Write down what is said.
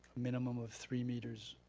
minimum of three meters.